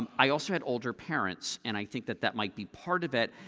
um i also had older parents, and i think that that might be part of it.